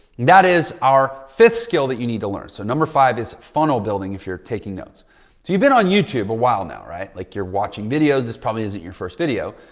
that is our fifth skill that you need to learn. so number five is funnel building. if you're taking notes, so you've been on youtube a while now, right? like you're watching videos. this probably isn't your first video,